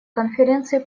конференции